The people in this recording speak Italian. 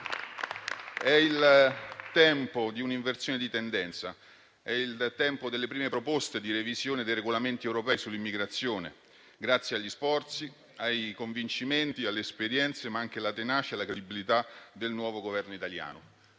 È il tempo di un'inversione di tendenza. È il tempo delle prime proposte di revisione dei regolamenti europei sull'immigrazione, grazie agli sforzi, ai convincimenti, all'esperienza, ma anche alla tenacia e alla credibilità del nuovo Governo italiano.